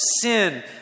sin